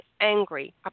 angry